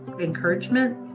encouragement